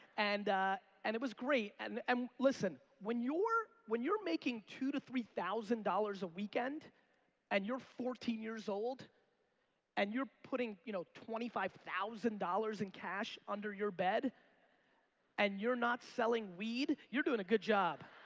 and and it was great and um listen when when you're making two to three thousand dollars a weekend and you're fourteen years old and you're putting, you know, twenty five thousand dollars in cash under your bed and you're not selling weed you're doing a good job.